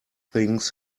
things